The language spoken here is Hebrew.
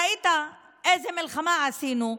ראית איזו מלחמה עשינו,